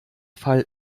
fall